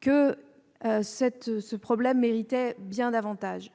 que ce problème méritait bien davantage ...